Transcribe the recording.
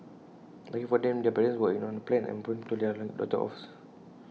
luckily for them their parents were in on the plan and promptly told their daughters off